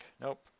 Nope